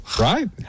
right